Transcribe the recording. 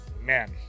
man